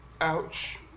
Ouch